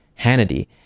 hannity